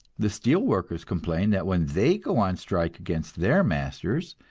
the steel workers complain that when they go on strike against their masters,